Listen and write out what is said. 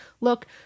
look